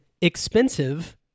expensive